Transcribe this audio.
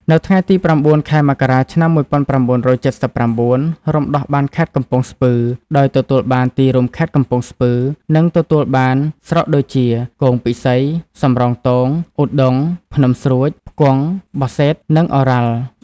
នៅថ្ងៃទី ០៩ ខែមករា ឆ្នាំ ១៩៧៩ រំដោះបានខេត្តកំពង់ស្ពឺ ដោយទទួលបានទីរួមខេត្ត កំពង់ស្ពឺ និងទទួលបានស្រុកដូចជា គងពិសី សំរោងទង ឧដុង្គ ភ្នំស្រួច ផ្គង់ បសេដ្ឋ និងឱរ៉ាល់។